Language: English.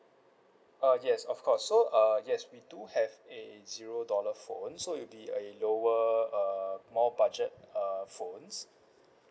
uh yes of course so uh yes we do have a zero dollar phone so it'll be a lower uh more budget uh phones